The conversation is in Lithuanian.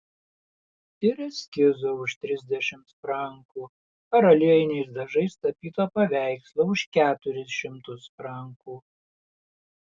ir eskizo už trisdešimt frankų ar aliejiniais dažais tapyto paveikslo už keturis šimtus frankų